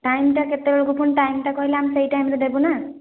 ଟାଇମ୍ଟା କେତେବେଳକୁ ପୁଣି ଟାଇମ୍ଟା କହିଲେ ଆମେ ସେଇ ଟାଇମ୍ରେ ଦେବୁନା